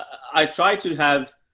i try to have,